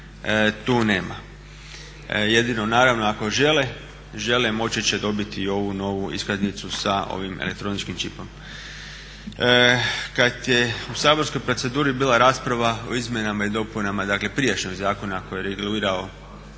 tu nema. Jedino naravno ako žele moći će dobiti i ovu novu iskaznicu sa ovim elektroničkim čipom. Kad je u saborskoj proceduri bila rasprava o izmjenama i dopunama dakle prijašnjeg zakona koji je regulirao